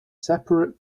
separate